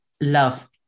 love